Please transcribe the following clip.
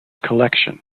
collection